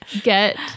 get